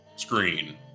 Screen